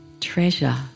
treasure